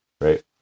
right